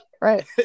Right